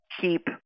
keep